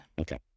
Okay